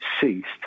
ceased